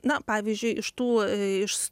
na pavyzdžiui iš tų iš